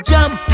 Jump